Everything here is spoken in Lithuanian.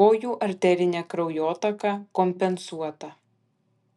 kojų arterinė kraujotaka kompensuota